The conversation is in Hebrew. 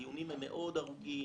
הדיונים מאוד ארוכים,